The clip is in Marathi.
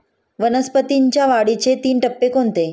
वनस्पतींच्या वाढीचे तीन टप्पे कोणते?